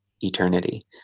eternity